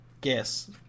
guess